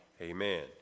Amen